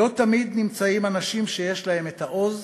"לא תמיד נמצאים אנשים שיש להם את העוז,